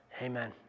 Amen